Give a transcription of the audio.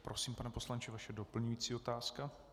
Prosím, pane poslanče, vaše doplňující otázka.